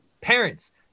parents